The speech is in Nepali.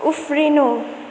उफ्रिनु